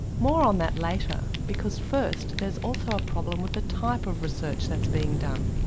more on that later because first there's also a problem with the type of research that's being done.